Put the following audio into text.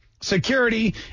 security